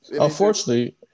Unfortunately